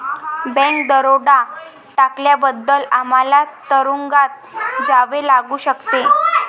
bank दरोडा टाकल्याबद्दल आम्हाला तुरूंगात जावे लागू शकते